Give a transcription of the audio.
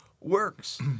works